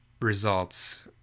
results